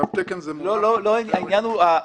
תו תקן זה מונח --- העניין הוא דרישת